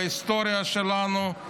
בהיסטוריה שלנו,